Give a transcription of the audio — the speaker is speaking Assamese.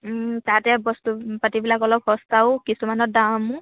তাতে বস্তু পাতিবিলাক অলপ সস্তাও কিছুমানৰ দামো